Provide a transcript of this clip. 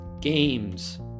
games